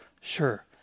Sure